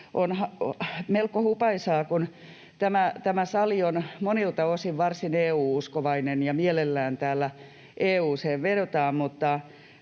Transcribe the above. On melko hupaisaa, kun tämä sali on monilta osin varsin EU-uskovainen ja mielellään täällä EU:hun vedotaan, että